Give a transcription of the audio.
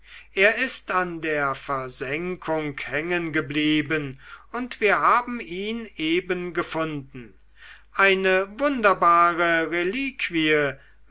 er ist an der versenkung hängengeblieben und wir haben ihn eben gefunden eine wunderbare reliquie